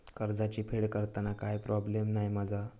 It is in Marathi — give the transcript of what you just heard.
कर्जाची फेड करताना काय प्रोब्लेम नाय मा जा?